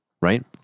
right